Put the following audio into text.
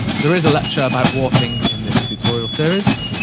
there is a lecture about warping in this tutorial series.